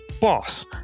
Boss